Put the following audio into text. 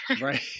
Right